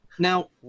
now